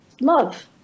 love